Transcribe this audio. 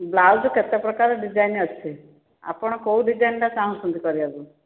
blouse କେତେ ପ୍ରକାର design ଅଛି ଆପଣ କେଉଁ ଡିଜାଇନ ଟା ଚାହୁଁଛନ୍ତି କରିବା ପାଇଁ